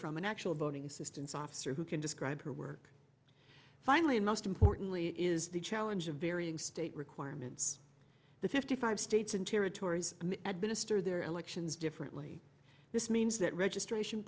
from an actual voting assistance officer who can describe her work finally and most importantly is the challenge of varying state requirements the fifty five states and territories administer their elections differently this means that registration